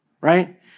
right